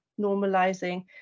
normalizing